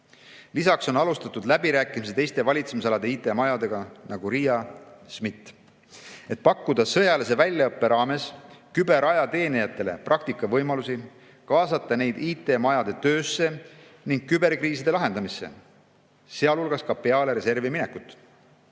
Lisaks on alustatud läbirääkimisi teiste valitsemisalade IT‑majadega, nagu RIA ja SMIT, et pakkuda sõjalise väljaõppe raames küberajateenijatele praktikavõimalusi, kaasata neid IT‑majade töösse ning küberkriiside lahendamisse, sealhulgas peale reservi minekut.